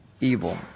evil